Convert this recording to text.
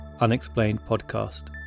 unexplainedpodcast